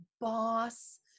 boss